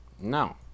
No